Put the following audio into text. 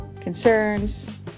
concerns